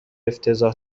افتضاح